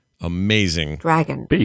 amazing